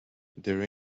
there